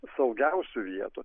saugiausių vietų